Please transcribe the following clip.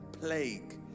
plague